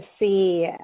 see